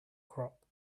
crop